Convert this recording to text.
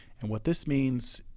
and what this means